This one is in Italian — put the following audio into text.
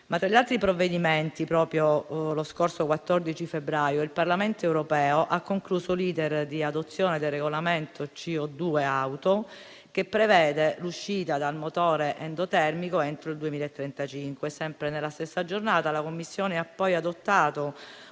Ma, tra gli altri provvedimenti, proprio lo scorso 14 febbraio, il Parlamento europeo ha concluso l'*iter* di adozione del Regolamento CO2 Auto, che prevede l'uscita dal motore endotermico entro il 2035. Sempre nella stessa giornata la Commissione ha poi adottato